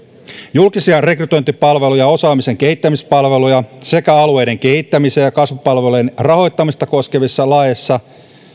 julkisia rekrytointipalveluja osaamisen kehittämispalveluja sekä alueiden kehittämisen ja kasvupalvelujen rahoittamista koskevissa laeissa